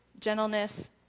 gentleness